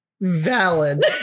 Valid